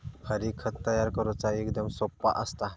हरी, खत तयार करुचा एकदम सोप्पा असता